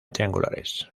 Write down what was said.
triangulares